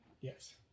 yes